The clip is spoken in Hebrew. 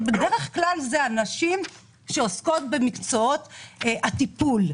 בדרך כלל אלה נשים שעוסקות במקצועות הטיפול.